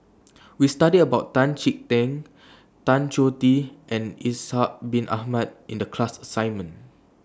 We studied about Tan Chee Teck Tan Choh Tee and Ishak Bin Ahmad in The class assignment